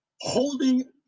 holding